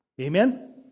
Amen